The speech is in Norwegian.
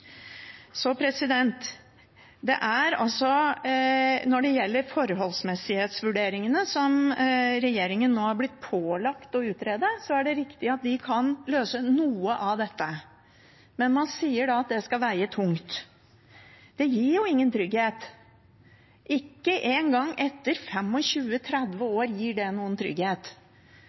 Når det gjelder forholdsmessighetsvurderingene som regjeringen nå har blitt pålagt å utrede, er det riktig at de kan løse noe av dette. Man sier da at det skal veie tungt, men det gir jo ingen trygghet. Ikke engang etter 25–30 år gir det noen trygghet.